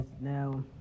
now